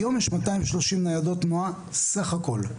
היום יש 230 ניידות תנועה סך הכל,